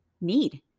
need